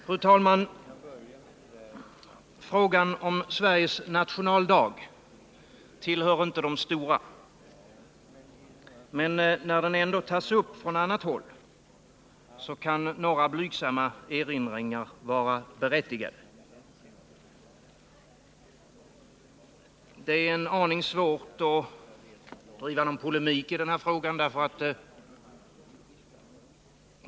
Fru talman! Frågan om Sveriges nationaldag tillhör inte de stora frågorna, men när den ändå tas upp på annat håll kan några blygsamma erinringar vara berättigade. Det är en aning svårt att driva polemik i frågan.